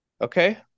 Okay